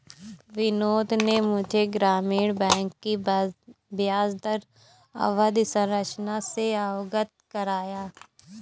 बिनोद ने मुझे ग्रामीण बैंक की ब्याजदर अवधि संरचना से अवगत कराया